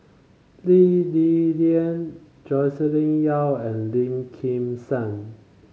Lee Li Lian Joscelin Yeo and Lim Kim San